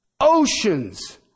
Oceans